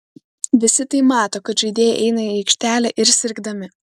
visi tai mato kad žaidėjai eina į aikštelę ir sirgdami